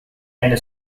and